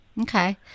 Okay